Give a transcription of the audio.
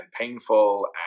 painful